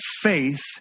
faith